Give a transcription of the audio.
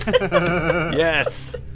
Yes